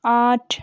आठ